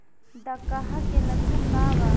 डकहा के लक्षण का वा?